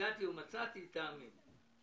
"יגעתי ומצאתי" תאמין".